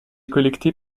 collectés